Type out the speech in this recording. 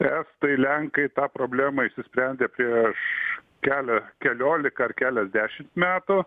estai lenkai tą problemą išsisprendė prieš kelią kelioliką ar keliasdešimts metų